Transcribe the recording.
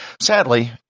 Sadly